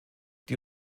die